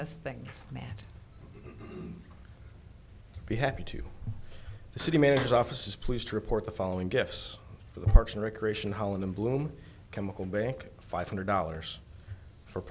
us things matt be happy to the city mayor's office is pleased to report the following gifts for the parks and recreation hall in the bloom chemical bank five hundred dollars for